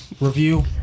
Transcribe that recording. review